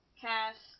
cast